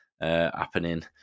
happening